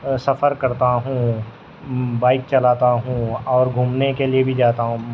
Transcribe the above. سفر کرتا ہوں بائک چلاتا ہوں اور گھومنے کے لیے بھی جاتا ہوں